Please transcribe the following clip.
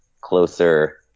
closer